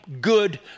good